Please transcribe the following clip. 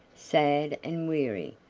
sad and weary,